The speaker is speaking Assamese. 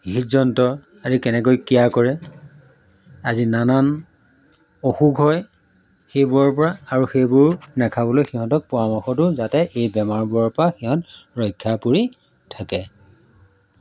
হৃদযন্ত্ৰ আদি কেনেকৈ ক্ৰিয়া কৰে আজি নানান অসুখ হয় সেইবোৰৰ পৰা আৰু সেইবোৰ নাখাবলৈ সিহঁতক পৰামৰ্শ দিওঁ যাতে এই বেমাৰবোৰৰ পৰা সিহঁত ৰক্ষা পৰি থাকে